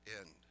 end